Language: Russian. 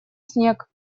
снег